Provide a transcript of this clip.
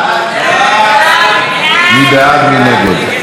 סעיף 1 נתקבל.